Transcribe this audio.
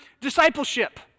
discipleship